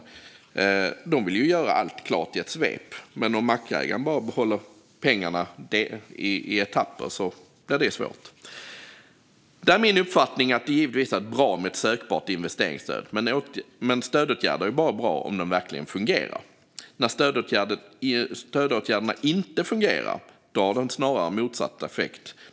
Entreprenören vill göra allt klart i ett svep, men om mackägaren erhåller pengarna i etapper blir det svårt. Det är min uppfattning att det givetvis är bra med ett sökbart investeringsstöd, men stödåtgärder är bara bra om de verkligen fungerar. När stödåtgärder inte fungerar har de snarare motsatt effekt.